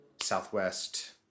Southwest